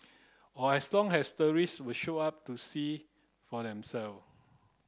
or as long as the show up to see for themself